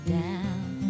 down